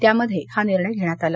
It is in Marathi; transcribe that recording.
त्यामध्ये हा निर्णय घेण्यात आला